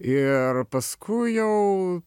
ir paskui jau